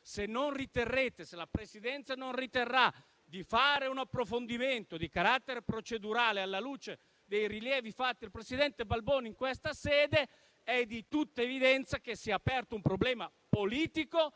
se la Presidenza non riterrà di svolgere un approfondimento di carattere procedurale, alla luce dei rilievi fatti dal presidente Balboni in questa sede, è di tutta evidenza che si è aperto un problema politico,